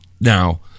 Now